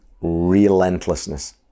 relentlessness